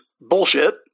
bullshit